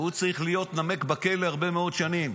והוא היה צריך להיות נמק בכלא הרבה מאוד שנים